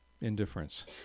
indifference